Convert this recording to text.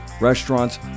restaurants